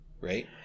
Right